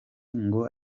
ngo